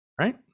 right